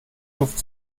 luft